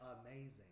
amazing